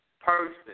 person